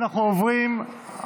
אנחנו עוברים,